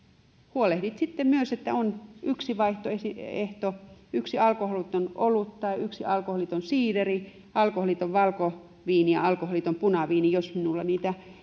huolehdit sitten myös että on yksi vaihtoehto yksi alkoholiton olut ja yksi alkoholiton siideri alkoholiton valkoviini ja alkoholiton punaviini jos minulla niitä